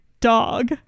dog